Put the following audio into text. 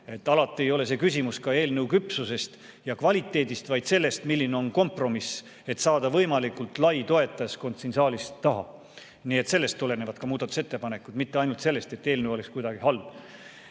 Alati ei ole see küsimus ka eelnõu küpsusest ja kvaliteedist, vaid sellest, milline on kompromiss, et saada võimalikult lai toetajaskond siin saalis taha. Nii et sellest tulenevad ka muudatusettepanekuid, mitte ainult sellest, et eelnõu oleks kuidagi halb. Nii